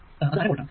അത് അര വോൾട് ആണ്